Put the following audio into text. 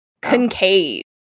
concave